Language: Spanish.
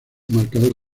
marcador